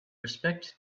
respect